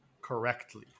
correctly